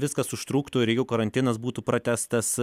viskas užtruktų ir ilgiau karantinas būtų pratęstas